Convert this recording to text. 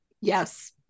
Yes